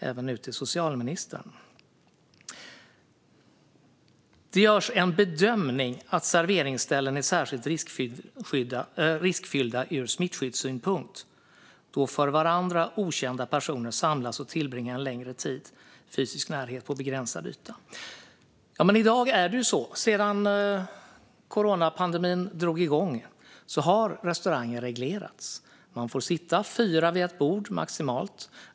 I svaret säger ministern att det görs en bedömning att serveringsställen är särskilt riskfyllda ur smittskyddssynpunkt då för varandra okända personer samlas och tillbringar en längre tid i fysisk närhet på begränsad yta. Sedan coronapandemin drog igång har restauranger reglerats. Man får sitta maximalt fyra personer vid ett bord.